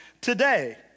today